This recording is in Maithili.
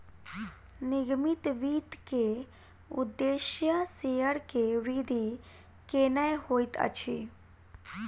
निगमित वित्त के उदेश्य शेयर के वृद्धि केनै होइत अछि